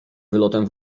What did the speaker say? wylotem